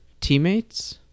teammates